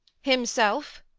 himself.